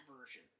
version